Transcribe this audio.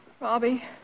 Robbie